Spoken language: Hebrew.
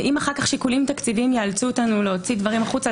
ואם אחר כך שיקולים תקציביים ייאלצו אותנו להוציא משהו החוצה,